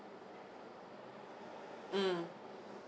mm